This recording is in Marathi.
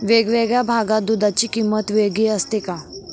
वेगवेगळ्या भागात दूधाची किंमत वेगळी असते का?